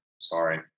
Sorry